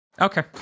Okay